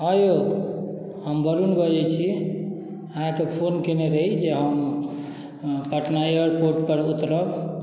हँ औ हम बरुण बजै छी अहाँके फोन कएने रही जे हम पटना एयरपोर्टपर उतरब